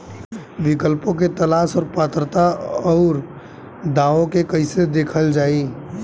विकल्पों के तलाश और पात्रता और अउरदावों के कइसे देखल जाइ?